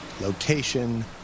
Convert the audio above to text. location